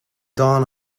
dawn